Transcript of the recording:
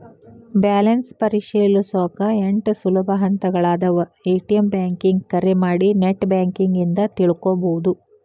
balance ಪರಿಶೇಲಿಸೊಕಾ ಎಂಟ್ ಸುಲಭ ಹಂತಗಳಾದವ ಎ.ಟಿ.ಎಂ ಬ್ಯಾಂಕಿಂಗ್ ಕರೆ ಮಾಡಿ ನೆಟ್ ಬ್ಯಾಂಕಿಂಗ್ ಇಂದ ತಿಳ್ಕೋಬೋದು